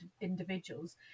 individuals